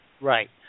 right